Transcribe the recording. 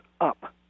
up